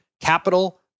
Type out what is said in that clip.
capital